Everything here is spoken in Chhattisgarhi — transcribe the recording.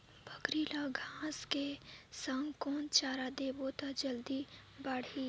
बकरी ल घांस के संग कौन चारा देबो त जल्दी बढाही?